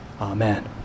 Amen